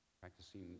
Practicing